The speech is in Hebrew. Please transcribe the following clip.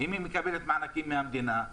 אם היא מקבלת מענקים מהמדינה,